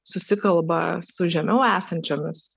susikalba su žemiau esančiomis